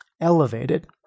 elevated